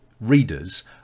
readers